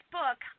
book